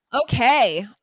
Okay